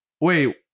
Wait